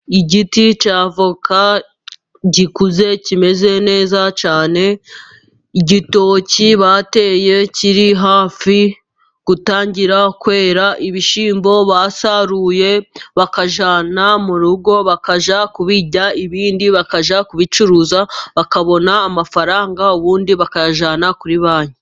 Igiti cy'avoka gikuze, kimeze neza cyane, igitoki bateye kiri hafi gutangira kwera, ibishyimbo basaruye bakajyana mu rugo bakajya kubirya, ibindi bakajya kubicuruza bakabona amafaranga, ubundi bakayajyana kuri banki.